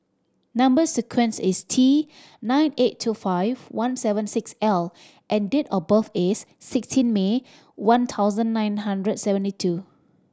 number sequence is T nine eight two five one seven six L and date of birth is sixteen May one thousand nine hundred seventy two